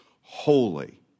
holy